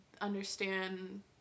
understand –